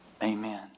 Amen